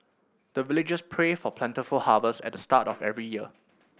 the villagers pray for plentiful harvest at the start of every year